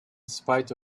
spite